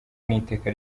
n’iteka